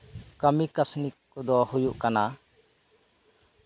ᱠᱟᱹᱢᱤ ᱠᱟᱹᱥᱱᱤ ᱠᱚᱫᱚ ᱦᱩᱭᱩᱜ ᱠᱟᱱᱟ